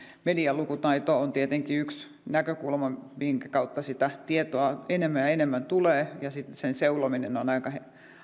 medialukutaito on tietenkin yksi näkökulma minkä kautta sitä tietoa enemmän ja enemmän tulee ja sitten sen seulominen on aika